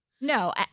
No